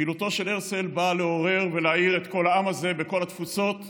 פעילותו של הרצל באה לעורר ולהעיר את כל העם הזה בכל התפוצות,